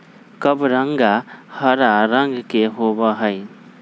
कबरंगा हरा रंग के होबा हई